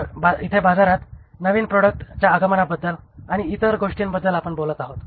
तर इथे बाजारात नवीन प्रॉडक्ट च्या आगमनाबद्दल आणि इतर गोष्टींबद्दल आपण बोलत आहोत